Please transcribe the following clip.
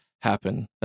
happen